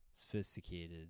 sophisticated